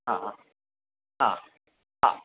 हा हा हा हा